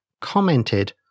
commented